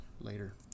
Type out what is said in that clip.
later